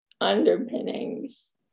underpinnings